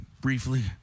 briefly